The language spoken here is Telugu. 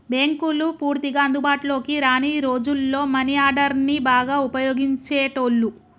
బ్యేంకులు పూర్తిగా అందుబాటులోకి రాని రోజుల్లో మనీ ఆర్డర్ని బాగా వుపయోగించేటోళ్ళు